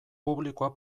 publikoa